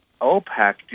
OPEC